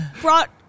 brought